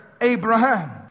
Abraham